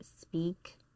speak